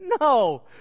No